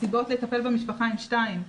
הסיבות לטפל במשפחה הן שתיים.